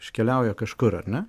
iškeliauja kažkur ar ne